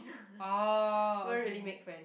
oh okay